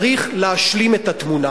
צריך להשלים את התמונה.